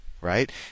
right